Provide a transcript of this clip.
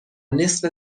نصف